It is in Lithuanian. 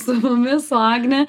su mumis su agne